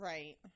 Right